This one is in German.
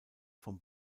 vom